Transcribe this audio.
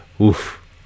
oof